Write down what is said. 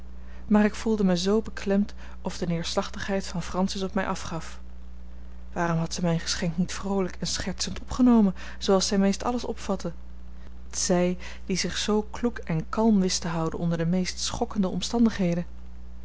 maar ik voelde mij zoo beklemd of de neerslachtigheid van francis op mij afgaf waarom had zij mijn geschenk niet vroolijk en schertsend opgenomen zooals zij meest alles opvatte zij die zich zoo kloek en kalm wist te houden onder de meest schokkende omstandigheden